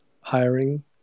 hiring